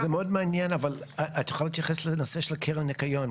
צריך להכניס את זה כחלק אינטגרלי לאורך זמן ובהיקף משמעותי.